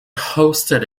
hosted